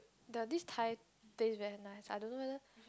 the this Thai place very nice I don't know whether